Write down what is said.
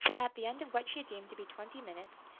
at the end of what she deemed to be twenty minutes,